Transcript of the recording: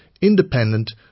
independent